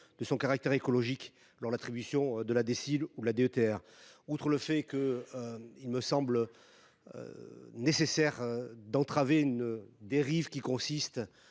de son caractère écologique lors de l’attribution de la DSIL ou de la DETR. D’une part, il me semble nécessaire de mettre fin à la dérive qui consiste